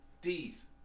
D's